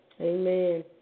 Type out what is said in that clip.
Amen